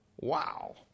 Wow